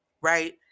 right